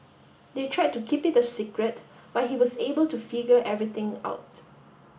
they tried to keep it a secret but he was able to figure everything out